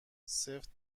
سفت